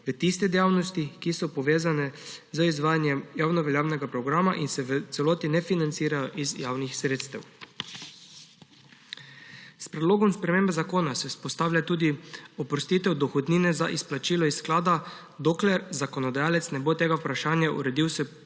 v tiste dejavnosti, ki so povezane za izvajanje javno veljavnega programa in se v celoti ne financirajo iz javnih sredstev. S predlogom spremembe zakona se vzpostavlja tudi oprostitev dohodnine za izplačilo iz sklada, dokler zakonodajalec ne bo tega vprašanja uredil s področnim